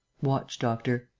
watch, doctor.